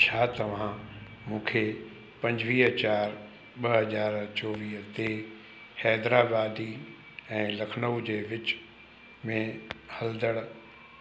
छा तव्हां मूंखे पंजिवीह चार ॿ हज़ार चोवीह ते हैदराबादी ऐं लखनऊ जे विच में हलंदड़